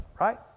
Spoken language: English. right